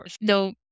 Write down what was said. No